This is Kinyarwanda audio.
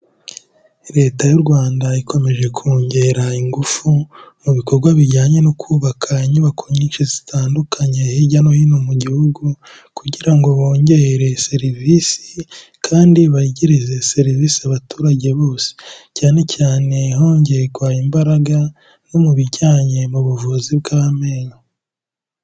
Leta y'u Rwanda, ikomeje kongera ingufu, mu bikorwa bijyanye no kubaka inyubako nyinshi zitandukanye hirya no hino mu gihugu, kugira ngo bongere serivisi, kandi begereze serivisi abaturage bose. Cyane cyane hongerwa imbaraga, no mu bijyanye, mu buvuzi bw'amenyo.